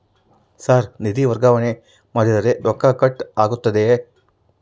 Sir ನಿಧಿ ವರ್ಗಾವಣೆ ಮಾಡಿದರೆ ರೊಕ್ಕ ಕಟ್ ಆಗುತ್ತದೆಯೆ?